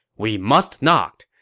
we must not.